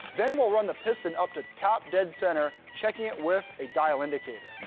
then we'll run the piston up to top dead center, checking it with a dial indicator.